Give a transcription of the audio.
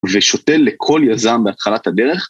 ‫ושותל לכל יזם בהתחלת הדרך?